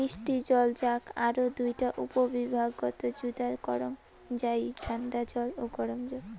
মিষ্টি জল যাক আরও দুইটা উপবিভাগত যুদা করাং যাই ঠান্ডা জল ও গরম জল